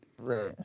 Right